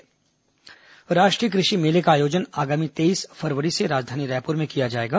राष्ट्रीय कृषि मेला राष्ट्रीय कृषि मेले का आयोजन आगामी तेईस फरवरी से राजधानी रायपुर में किया जाएगा